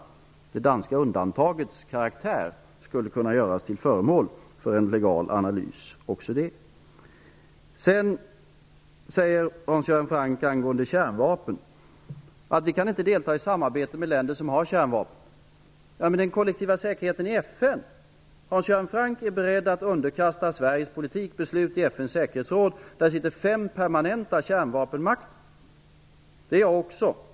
Även det danska undantagets karaktär skulle kunna göras till föremål för en legal analys. Sedan säger Hans Göran Franck angående kärnvapen att vi inte kan delta i samarbete med länder som har kärnvapen. Men vad säger han om den kollektiva säkerheten i FN? Hans Göran Franck är beredd att underkasta Sveriges politik beslut i FN:s säkerhetsråd. Där sitter fem permanenta kärnvapenmakter. Också jag är beredd att göra det.